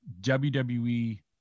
WWE